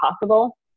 possible